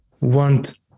want